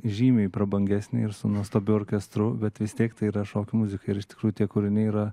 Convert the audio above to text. žymiai prabangesnį ir su nuostabiu orkestru bet vis tiek tai yra šokių muzika ir iš tikrųjų tie kūriniai yra